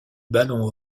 ballon